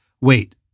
Wait